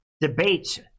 debates